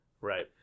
Right